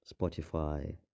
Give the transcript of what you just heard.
Spotify